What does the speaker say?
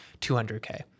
200k